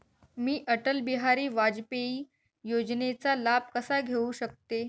मी अटल बिहारी वाजपेयी योजनेचा लाभ कसा घेऊ शकते?